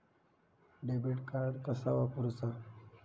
Debit card कसा वापरुचा?